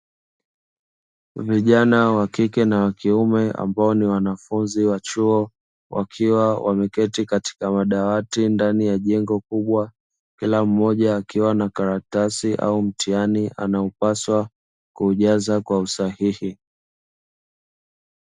Vijana wa kike na wa kiume ambao ni wanafunzi wa chuo wakiwa wameketi katika madawati ndani ya jengo kubwa kila mmoja akiwa na karatasi au mtihani anaopaswa kujaza kwa usahihi.